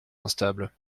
instables